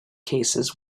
cases